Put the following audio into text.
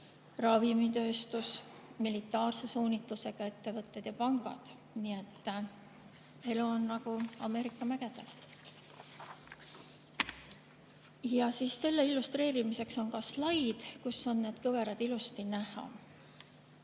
ravimitööstus, militaarse suunitlusega ettevõtted ja pangad. Nii et elu on nagu Ameerika mägedel. Ja selle illustreerimiseks on ka slaid, kus on need kõverad ilusti näha.